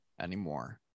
anymore